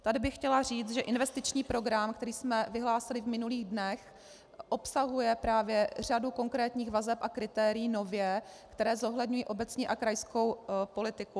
Tady bych chtěla říct, že investiční program, který jsme vyhlásili v minulých dnech, obsahuje právě nově řadu konkrétních vazeb a kritérií, které zohledňují obecní a krajskou politiku.